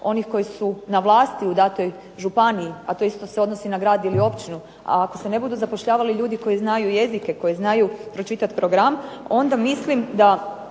onih koji su na vlasti u datoj županiji, a to isto se odnosi na grad ili općinu, a ako se ne budu zapošljavali ljudi koji znaju jezike, koji znaju pročitati program onda mislim da